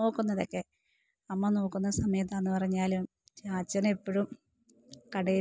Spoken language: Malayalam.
നോക്കുന്നതൊക്കെ അമ്മ നോക്കുന്ന സമയത്താന്ന് പറഞ്ഞാല് ചാച്ചനെപ്പഴും കടയിൽ